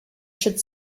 should